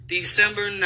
December